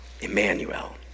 Emmanuel